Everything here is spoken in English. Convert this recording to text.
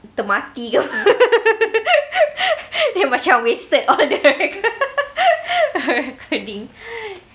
termati ke apa dia macam wasted all the recor~ recording